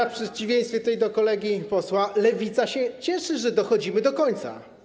W przeciwieństwie do kolegi posła, Lewica się cieszy, że dochodzimy do końca.